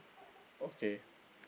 okay